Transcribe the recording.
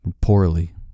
Poorly